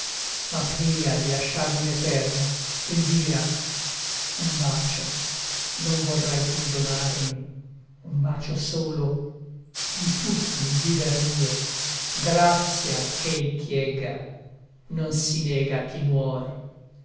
ma pria di lasciarmi in eterno elvira un bacio non vorrai tu donarmi un bacio solo in tutto il viver mio grazia ch'ei chiegga non si nega a chi muor